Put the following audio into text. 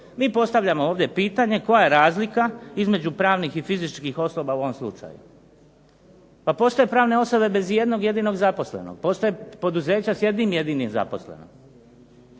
Mi postavljamo ovdje pitanje koja je razlika između pravnih i fizičkih osoba u ovom slučaju? Pa postoje pravne osobe bez ijednog jedinog zaposlenog. Postoje poduzeća s jednim jedinim zaposlenim.